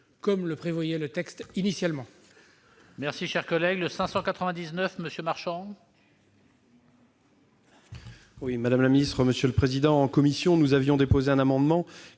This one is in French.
comme le prévoyait le texte initial.